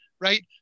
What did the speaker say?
right